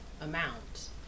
amount